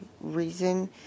reason